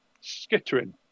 Skittering